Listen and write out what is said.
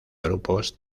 grupos